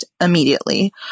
immediately